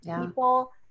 people